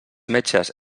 metges